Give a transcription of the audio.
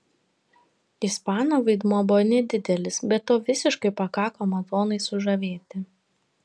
ispano vaidmuo buvo nedidelis bet to visiškai pakako madonai sužavėti